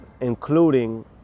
including